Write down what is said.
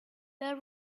their